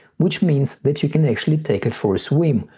which means that you can actually take it for a swim.